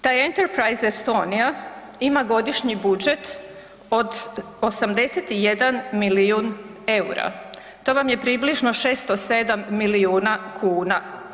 Taj Enterprise Estonia ima godišnji budžet od 81 milijun EUR-a, to vam je približno 607 milijuna kuna.